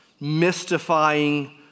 mystifying